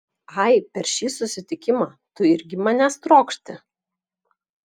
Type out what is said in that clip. ai per šį susitikimą tu irgi manęs trokšti